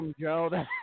Joe